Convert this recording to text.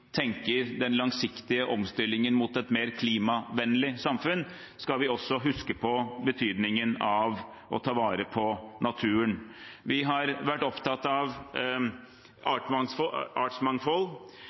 tenker om den langsiktige omstillingen mot et mer klimavennlig samfunn, skal vi også huske på betydningen av å ta vare på naturen. Vi har vært opptatt av